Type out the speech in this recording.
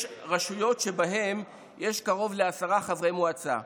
יש רשויות שבהן יש קרוב לעשרה חברי מועצה,